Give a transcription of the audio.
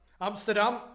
Amsterdam